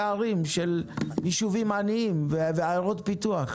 ערים של יישובים עניים ועיירות פיתוח,